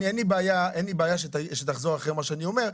אין לי בעיה שתחזור אחרי מה שאני אומר,